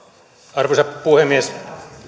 arvoisa puhemies